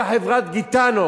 קח את חברת "גיטאנו",